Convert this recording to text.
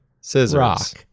Scissors